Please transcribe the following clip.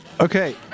Okay